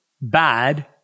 bad